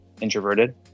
introverted